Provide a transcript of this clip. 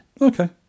okay